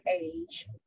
age